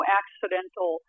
accidental